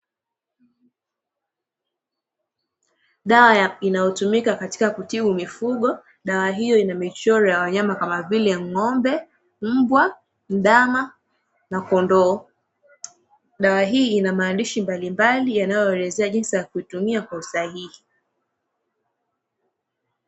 Dawa inayotumika katika kutibu mifugo dawa hiyo ina michoro ya wanyama kama vile ng'ombe, mbwa, ndama na kondoo, dawa hii ina maandishi mbalimbali yanayoelezea jinsi ya kuitumia kwa usahihi.